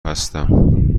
هستم